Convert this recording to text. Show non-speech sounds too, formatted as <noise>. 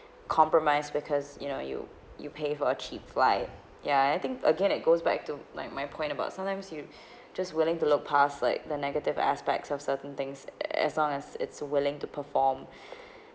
compromise because you know you you pay for a cheap fly ya I think again it goes back to like my point about sometimes you <breath> just willing to look pass like the negative aspects of certain things as long as it's willing to perform <breath>